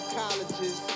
colleges